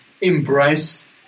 embrace